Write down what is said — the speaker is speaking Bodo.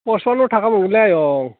प'सपान्न' थाखा मोनगोनलै आयं